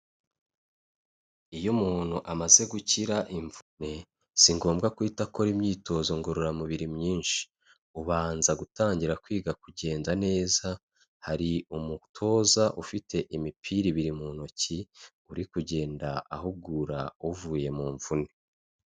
Iyo umuntu amaze gukira imvune si ngombwa guhita akora imyitozo ngororamubiri myinshi, ubanza gutangira kwiga kugenda neza, hari umutoza ufite imipira ibiri mu ntoki uri kugenda ahugura uvuye mu mvune.